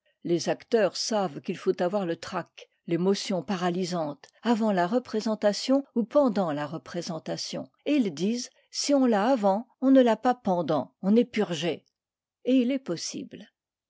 les acteurs savent qu'il faut avoir le trac l'émotion paralysante avant la représentation ou pendant la représentation et ils disent si on l'a avant on ne l'a pas pendant on est purgé et il est possible